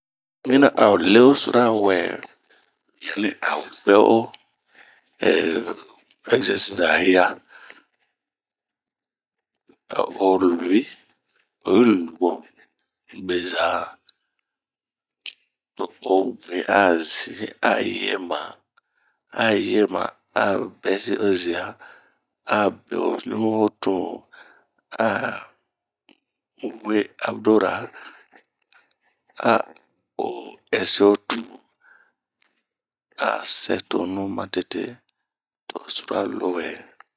N'yi mina an le'nsura wɛɛ, yani ao gɛ o ekzersisera hia, ao luwi beza, to'o bue azin a yema, a bɛsi ozia, a be'o ɲu ritun a we abudora, ao ɛsi hotun, a sɛtonu matete to'o sura lowɛ.